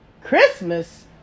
Christmas